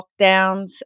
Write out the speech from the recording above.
lockdowns